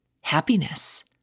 happiness